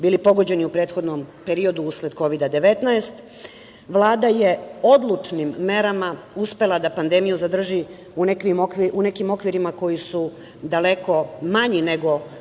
bili pogođeni u prethodnom periodu usled Kovida 19, Vlada je odlučnim merama uspela da pandemiju zadrži u nekim okvirima koji su daleko manji nego